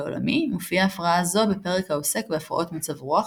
העולמי מופיעה הפרעה זו בפרק העוסק בהפרעות מצב רוח,